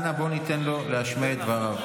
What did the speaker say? אנא, בואו ניתן לו להשמיע את דבריו.